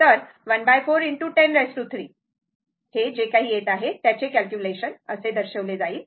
तर 14 ✖103 जे काही येत आहे त्याचे कॅलक्युलेशन दर्शविले जाईल